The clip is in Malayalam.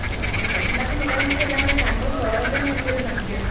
ആ അല്ലെ ഫുഡ് ഉണ്ടാക്കലും പിള്ളേരെ നോക്കലും എല്ലാം കൂടി ശമ്പളം കുറവല്ലേ എന്നെനിക്കൊരു സംശയം